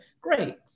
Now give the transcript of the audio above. Great